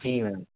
जी ma'am